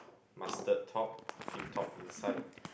mustard top pink top inside